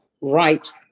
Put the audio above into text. right